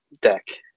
deck